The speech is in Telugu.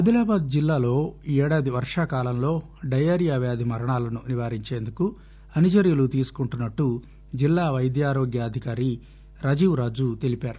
అదిలాబాద్ జిల్లాలో ఈ ఏడాది వర్షాకాలంలో డయేరియా వ్యాధి మరణాలను నివారించేందుకు అన్ని చర్యలు తీసుకుంటున్నట్లు జిల్లా వైద్యారోగ్యాధికారి రాజీవ్రాజు తెలిపారు